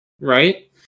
right